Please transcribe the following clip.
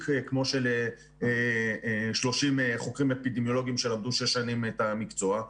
כמו של 30 חוקרים אפידמיולוגים שלמדו שש שנים את המקצוע,